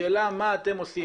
השאלה מה אתם עושים,